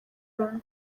rumwe